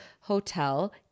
Hotel